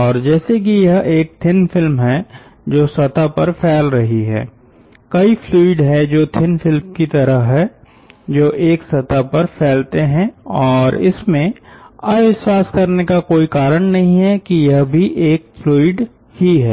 और जैसे कि यह एक थिन फिल्म है जो सतह पर फैल रही है कई फ्लूइड हैं जो थिन फिल्म की तरह हैं जो एक सतह पर फैलते हैं और इसमें अविश्वास करने का कोई कारण नहीं है कि यह भी एक फ्लूइड ही है